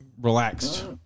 relaxed